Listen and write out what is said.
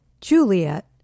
Juliet